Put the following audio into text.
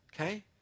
okay